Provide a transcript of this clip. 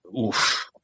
Oof